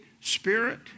Spirit